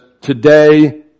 today